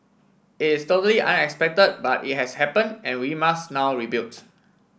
it is totally unexpected but it has happen and we must now rebuild